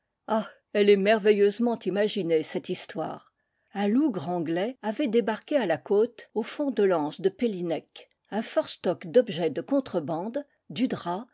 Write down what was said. ah elle est merveilleusement imaginée cette histoire un lougre anglais avait débarqué à la côte au fond de l'anse de pellinec un fort stock d'objets de contrebande du drap